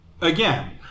again